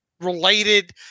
related